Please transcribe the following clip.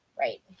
Right